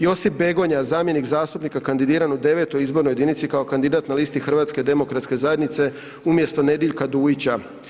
Josip Begonja, zamjenik zastupnika kandidiran u IX. izbornoj jedinici kao kandidat na listi Hrvatske demokratske zajednice, HDZ umjesto Nediljka Dujića.